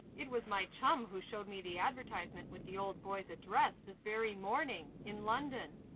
it was my chum who showed me the advertisement with the old boy's address, this very morning in london.